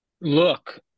Look